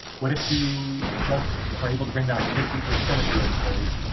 what if you just are able to bring back fifty percent of your employees?